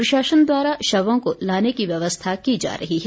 प्रशासन द्वारा शवों को लाने की व्यवस्था की जा रही है